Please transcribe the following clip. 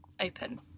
open